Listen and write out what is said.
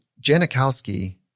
Janikowski